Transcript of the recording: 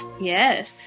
Yes